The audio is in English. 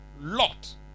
Lot